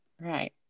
right